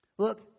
Look